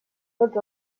tots